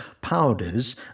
powders